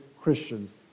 Christians